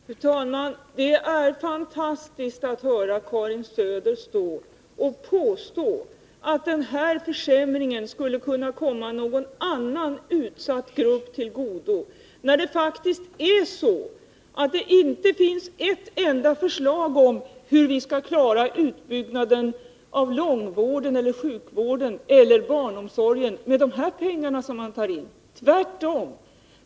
Fru talman! Det är fantastiskt att höra Karin Söder påstå att den här försämringen skulle kunna komma någon annan utsatt grupp till godo, när det faktiskt är så att det inte finns ett enda förslag om hur ni skall klara utbyggnaden av långvården, sjukvården eller barnomsorgen med de pengar som man här tar in.